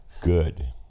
Good